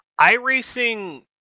iRacing